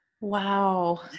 Wow